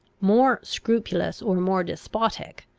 more scrupulous or more despotic,